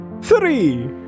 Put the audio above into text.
Three